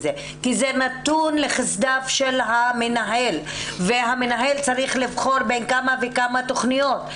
זה כי זה נתון לחסדיו של המנהל והמנהל צריך לבחור בין כמה וכמה תכניות.